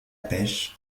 pêche